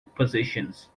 positions